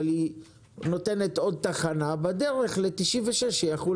אבל היא נותנת עוד תחנה בדרך ל-96 שיחול